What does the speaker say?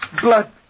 Blood